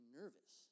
nervous